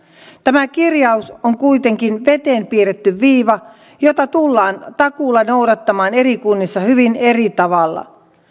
tämä kirjaus on kuitenkin veteen piirretty viiva jota tullaan takuulla noudattamaan eri kunnissa hyvin eri tavalla